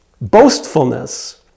Boastfulness